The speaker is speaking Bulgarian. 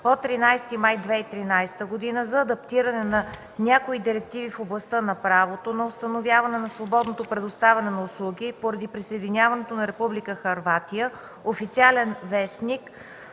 от 13 май 2013 г. за адаптиране на някои директиви в областта на правото на установяване и свободното предоставяне на услуги поради присъединяването на Република Хърватия (Официален вестник,